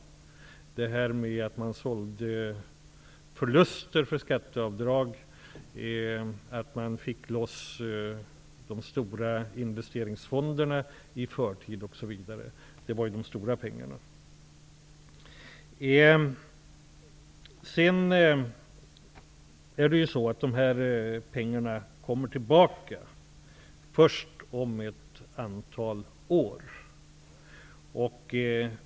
Att man sålde förluster för skatteavdrag, att man fick loss de stora investeringsfonderna i förtid, osv. innebar ju de stora pengarna. Dessa 77 miljoner kommer att betalas tillbaka först om ett antal år.